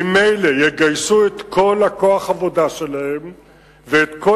ממילא יגייסו את כל כוח העבודה ואת כל